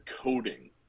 coding